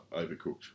overcooked